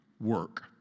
work